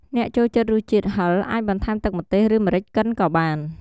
អ្នកចូលចិត្តរសជាតិហឹរ អាចបន្ថែមទឹកម្ទេស ឬម្រេចកិនក៏បាន។